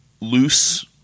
loose